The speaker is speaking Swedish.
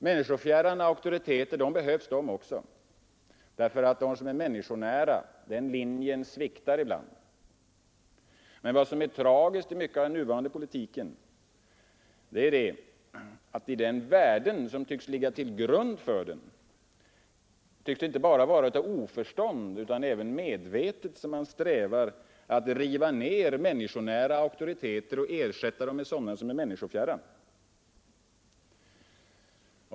Människofjärran auktoriteter behövs, de också, eftersom de människonära, som är den första försvarslinjen, ibland sviktar, men vad som är tragiskt i mycket av den nuvarande politiken och i de värden som tycks ligga till grund för denna är att man inte bara i oförstånd utan även medvetet strävar efter att riva ned människonära auktoriteter och ersätta dem med sådana som är människofjärran.